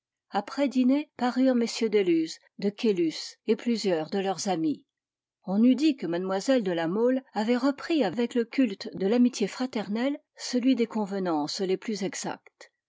après dîner parurent mm de luz de caylus et plusieurs de leurs amis on eût dit que mlle de la mole avait repris avec le culte de l'amitié fraternelle celui des convenances les plus exactes